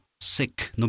sick